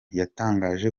yatangaje